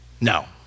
No